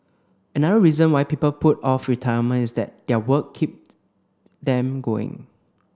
another reason why people put off retirement is that their work keep them going